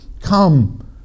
come